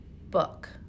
book